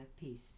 peace